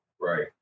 Right